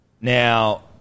Now